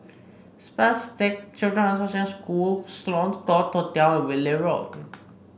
Spastic Children's Association School Sloane Court Hotel and Whitley Road